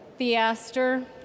Theaster